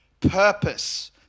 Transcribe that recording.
purpose